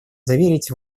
заверить